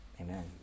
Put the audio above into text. Amen